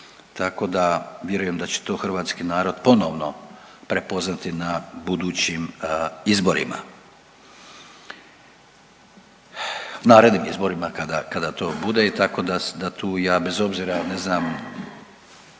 Tako da, vjerujem da će to hrvatski narod ponovno prepoznati na budućim izborima. Narednim izborima kada to bude i tako da tu, ja bez obzira ne znam,